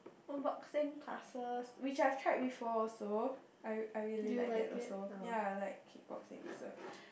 boxing classes which I have tried before also I I really liked that also ya like kickboxing also